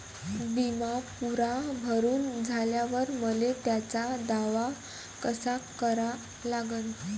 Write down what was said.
बिमा पुरा भरून झाल्यावर मले त्याचा दावा कसा करा लागन?